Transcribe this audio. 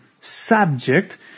subject